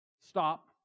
Stop